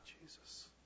Jesus